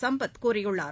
சம்பத் கூறியுள்ளார்